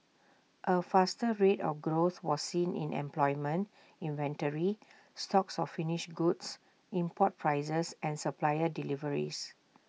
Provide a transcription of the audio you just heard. A faster rate of growth was seen in employment inventory stocks of finished goods import prices and supplier deliveries